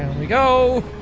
we go